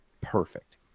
perfect